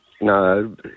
No